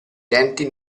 denti